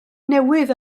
newydd